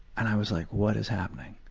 and i was like, what is happening?